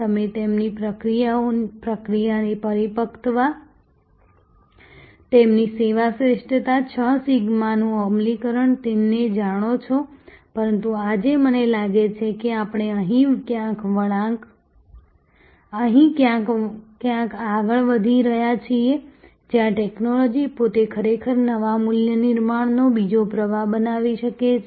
તમે તેમની પ્રક્રિયાની પરિપક્વતા તેમની સેવા શ્રેષ્ઠતા 6 સિગ્માનું અમલીકરણ ને જાણો છો પરંતુ આજે મને લાગે છે કે આપણે અહીં ક્યાંક આગળ વધી રહ્યા છીએ જ્યાં ટેક્નોલોજી પોતે ખરેખર નવા મૂલ્ય નિર્માણનો બીજો પ્રવાહ બનાવી શકે છે